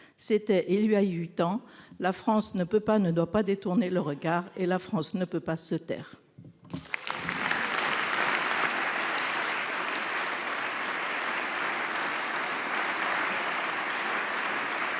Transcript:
c'était il y a eu tant la France ne peut pas, ne doit pas détourner le regard et la France ne peut pas se taire.